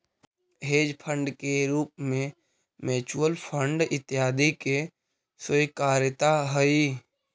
hedge fund के रूप में म्यूच्यूअल फंड इत्यादि के स्वीकार्यता हई